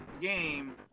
game